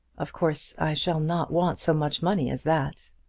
of course i shall not want so much money as that.